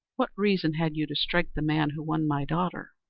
what reason had you to strike the man who won my daughter?